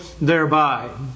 thereby